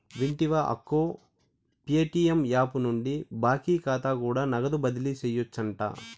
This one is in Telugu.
వింటివా అక్కో, ప్యేటియం యాపు నుండి బాకీ కాతా కూడా నగదు బదిలీ సేయొచ్చంట